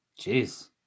Jeez